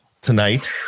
tonight